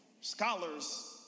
Scholars